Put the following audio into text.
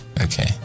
Okay